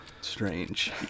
strange